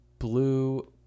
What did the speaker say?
blue